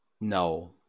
No